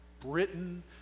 Britain